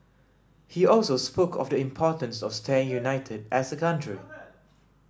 he also spoke of the importance of staying united as a country